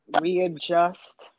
readjust